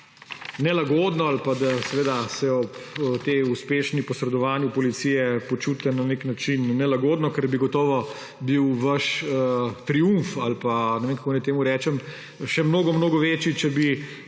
nelagodno ali pa se ob uspešnem posredovanju policije počutite na nek način nelagodno, ker bi gotovo bil vaš triumf ali ne vem, kako naj temu rečem, še mnogo mnogo večji, če